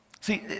See